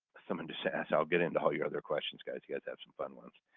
someone just asked, i'll get into all your other questions, guys, you guys have some fun ones.